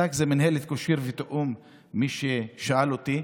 מת"ק זה מינהלת קישור ותיאום, מי ששאל אותי,